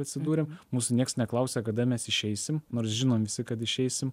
atsidūrėm mūsų nieks neklausia kada mes išeisim nors žinom visi kad išeisim